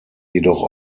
jedoch